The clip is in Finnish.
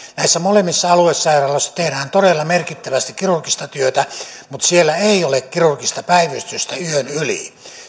näissä molemmissa aluesairaaloissa tehdään todella merkittävästi kirurgista työtä mutta siellä ei ole kirurgista päivystystä yön yli